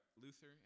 Luther